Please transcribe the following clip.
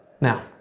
Now